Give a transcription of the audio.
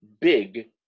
big